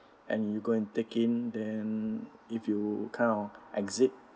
and you go and take in then if you kind of exit